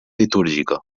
litúrgica